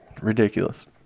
Ridiculous